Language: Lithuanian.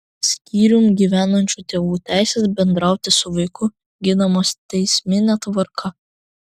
skyrium gyvenančių tėvų teisės bendrauti su vaiku ginamos teismine tvarka